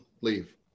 leave